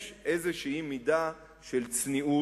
יש איזו מידה של צניעות,